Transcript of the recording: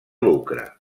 lucre